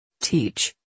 Teach